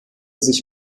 sich